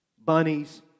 Bunnies